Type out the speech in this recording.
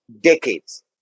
decades